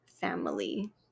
family